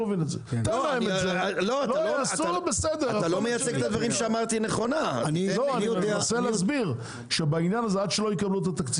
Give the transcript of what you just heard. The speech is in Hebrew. לא מייצג נכונה את הדברים שאני אומר.